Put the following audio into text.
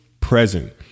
present